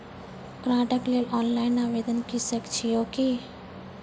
कार्डक लेल ऑनलाइन आवेदन के सकै छियै की?